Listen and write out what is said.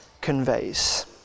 conveys